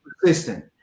persistent